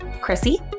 Chrissy